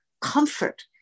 comfort